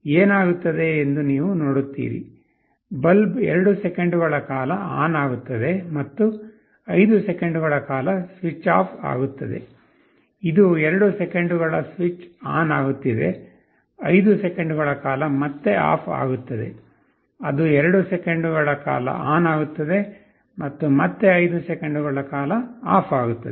ಏನಾಗುತ್ತದೆ ಎಂದು ನೀವು ನೋಡುತ್ತೀರಿ ಬಲ್ಬ್ 2 ಸೆಕೆಂಡುಗಳ ಕಾಲ ಆನ್ ಆಗುತ್ತದೆ ಮತ್ತು 5 ಸೆಕೆಂಡುಗಳ ಕಾಲ ಸ್ವಿಚ್ ಆಫ್ ಆಗುತ್ತದೆ ಇದು 2 ಸೆಕೆಂಡುಗಳ ಸ್ವಿಚ್ ಆನ್ ಆಗುತ್ತಿದೆ 5 ಸೆಕೆಂಡುಗಳ ಕಾಲ ಮತ್ತೆ ಆಫ್ ಆಗುತ್ತದೆ ಅದು 2 ಸೆಕೆಂಡುಗಳ ಕಾಲ ಆನ್ ಆಗುತ್ತದೆ ಮತ್ತು ಮತ್ತೆ 5 ಸೆಕೆಂಡುಗಳ ಕಾಲ ಆಫ್ ಆಗುತ್ತದೆ